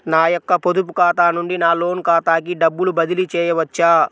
నా యొక్క పొదుపు ఖాతా నుండి నా లోన్ ఖాతాకి డబ్బులు బదిలీ చేయవచ్చా?